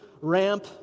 ramp